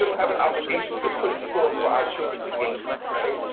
have an obligation to put it forth for our children to gain from. right?